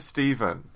Stephen